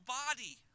body